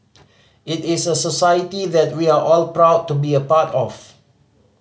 it is a society that we are all proud to be a part of